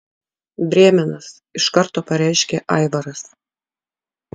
brėmenas iš karto pareiškė aivaras